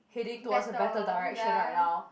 heading towards a better direction right now